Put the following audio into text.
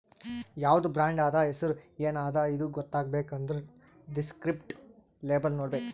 ಯಾವ್ದು ಬ್ರಾಂಡ್ ಅದಾ, ಹೆಸುರ್ ಎನ್ ಅದಾ ಇದು ಗೊತ್ತಾಗಬೇಕ್ ಅಂದುರ್ ದಿಸ್ಕ್ರಿಪ್ಟಿವ್ ಲೇಬಲ್ ನೋಡ್ಬೇಕ್